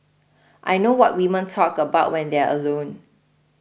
I know what women talk about when they're alone